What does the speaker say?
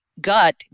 gut